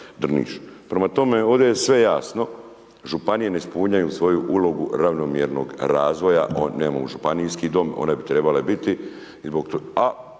Prema tome, ovdje je sve jasno. Županije ne ispunjavaju svoju ulogu ravnomjernog razvoja, .../Govornik se ne razumije./...